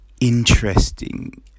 Interesting